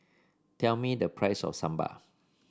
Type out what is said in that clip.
tell me the price of Sambar